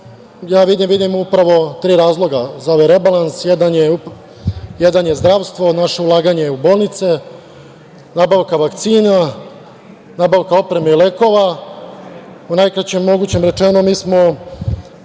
ja vidim, vidim upravo tri razloga za ovaj rebalans. Jedan je zdravstvo, naše ulaganje u bolnice, nabavka vakcina, nabavka opreme i lekova. U najkraćem mogućem rečeno, mi smo